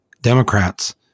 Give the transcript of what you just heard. Democrats